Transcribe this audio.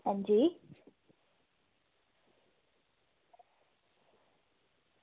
हां जी